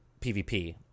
PvP